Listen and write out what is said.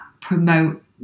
promote